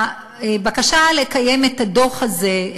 הבקשה להכין את הדוח הזה,